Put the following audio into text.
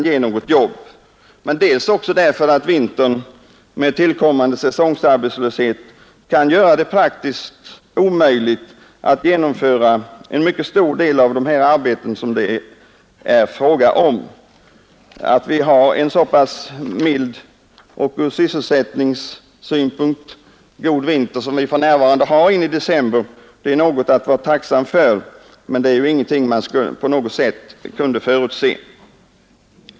ger något jobb, dels också därför att vintern med tillkommande säsongarbetslöshet kan göra det praktiskt omöjligt att sätta i gång arbeten av den art som det är fråga om. Att vi har en så pass mild och ur sysselsättningsynpunkt god vinter som vi för närvarande har in i december är något att vara tacksam för, men det är inget som man på något sätt kunde förutse.